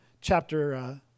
chapter